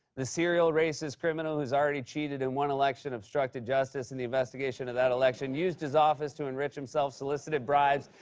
the serial racist criminal who's already cheated in one election, obstructed justice in the investigation of that election, used his office to enrich himself, solicited bribes,